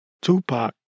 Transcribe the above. Tupac